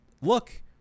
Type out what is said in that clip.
look